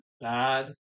bad